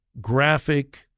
graphic